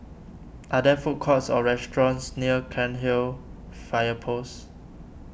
are there food courts or restaurants near Cairnhill Fire Post